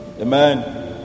Amen